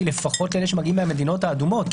לפחות לאלה שמגיעים מהמדינות האדומות.